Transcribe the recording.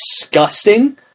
disgusting